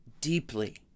deeply